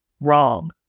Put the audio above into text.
Wrong